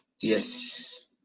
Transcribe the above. Yes